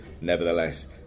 nevertheless